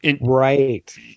Right